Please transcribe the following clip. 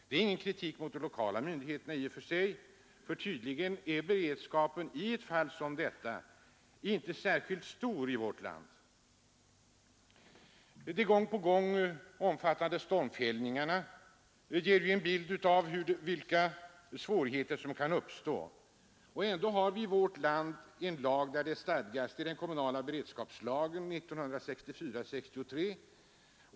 Det är ingen kritik mot de lokala myndigheterna i och för sig, men beredskapen i fall som detta är tydligen inte särskilt stor i vårt land. De gång på gång inträffade stormfällningarna av skog med strömavbrott som följd visar vilka svårigheter som kan uppstå. Ändå har vi en lag där det stadgas om kommunal beredskap — den återfinns i SFS 1964:63.